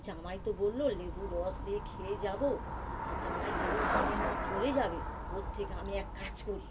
জামাই তো বলল লেবুর রস দিয়ে খেয়ে যাব আর জামাই লেবু খাবে না চলে যাবে ওর থেকে আমি এক কাজ করি